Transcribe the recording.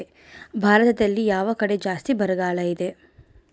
ಭಾರತದಲ್ಲಿ ಯಾವ ಕಡೆ ಜಾಸ್ತಿ ಬರಗಾಲ ಇದೆ?